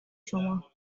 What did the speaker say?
شما